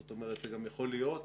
זאת אומרת, גם יכול להיות